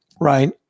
Right